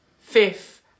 fifth